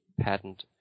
patent